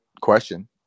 question